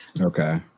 Okay